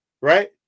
right